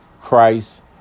Christ